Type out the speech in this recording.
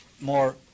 more